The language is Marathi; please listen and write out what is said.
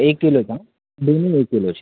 एक किलोचा दोन्ही एक किलोचे